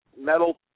metal